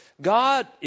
God